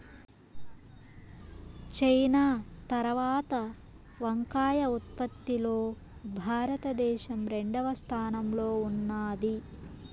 China తరవాత వంకాయ ఉత్పత్తి లో భారత దేశం రెండవ స్థానం లో ఉన్నాది